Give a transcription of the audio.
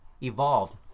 evolved